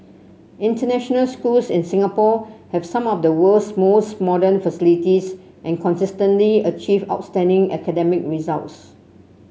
international schools in Singapore have some of the world's most modern facilities and consistently achieve outstanding academic results